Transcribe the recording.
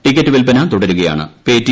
ticket വിൽപന തുടരുകയാണ് പേ ടി